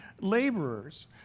laborers